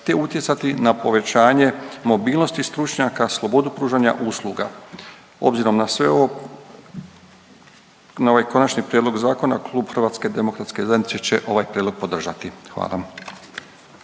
te utjecati na povećanje mobilnosti stručnjaka, slobodu pružanja usluga. Obzirom na sve ovo, na ovaj konačni prijedlog zakona Klub HDZ-a će ovaj prijedlog podržati. Hvala